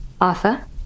Arthur